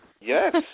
Yes